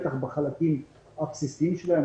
בטח בחלקים הבסיסיים שלהם,